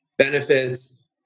Benefits